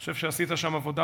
אני חושב שעשית שם עבודה